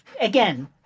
again—